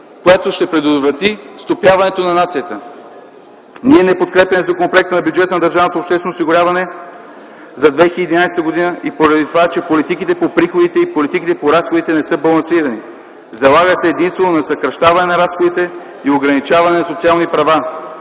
която ще предотврати стопяването на нацията? Ние не подкрепяме Законопроекта за бюджета на държавното обществено осигуряване за 2011 г. и поради това, че политиките по приходите и политиките по разходите не са балансирани. Залага се единствено на съкращаване на разходите и ограничаване на социални права.